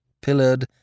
pillared